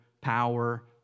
power